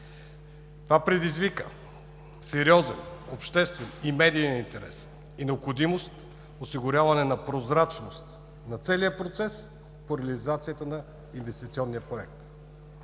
Това предизвика сериозен обществен и медиен интерес, и необходимост за осигуряване на прозрачност на целия процес по реализацията на Инвестиционния проект.